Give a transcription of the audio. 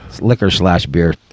liquor-slash-beer